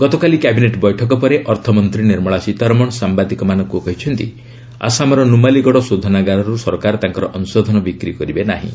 ଗତାକାଲି cabinet ବୈଠକ ପରେ ଅର୍ଥମନ୍ତ୍ରୀ ନିର୍ମଳା ସୀତାରମଣ ସାମ୍ଭାଦିକମାନଙ୍କୁ କହିଛନ୍ତି ଆସାମର ନୁମାଲିଗଡ଼ ଶୋଧନାଗାରରୁ ସରକାର ତାଙ୍କର ଅଂଶଧନ ବିକ୍ରି କରିବେ ନାହିଁ